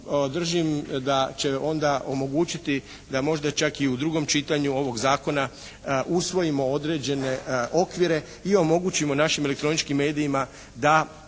držim da će onda omogućiti da možda čak i u drugom čitanju ovog zakona usvojimo određene okvire i omogućimo našim elektroničkim medijima da